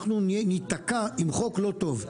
אנחנו ניתקע עם חוק לא טוב,